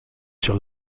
sur